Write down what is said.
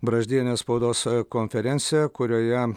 braždienės spaudos konferenciją kurioje